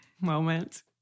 moment